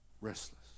restless